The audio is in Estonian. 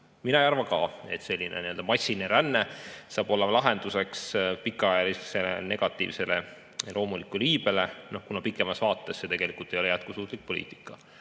Mina ei arva ka, et selline massiline ränne saab olla lahendus pikaajalisele negatiivsele loomulikule iibele, kuna pikemas vaates see tegelikult ei ole jätkusuutlik poliitika.